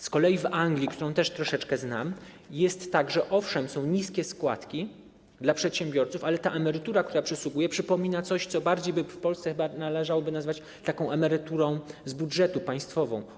Z kolei w Anglii, którą też troszeczkę znam, jest tak, że owszem, są niskie składki dla przedsiębiorców, ale ta emerytura, która przysługuje, przypomina coś, co należałoby w Polsce chyba nazwać bardziej taką emeryturą z budżetu, państwową.